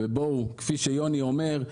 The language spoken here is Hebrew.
וכפי שיוני אומר,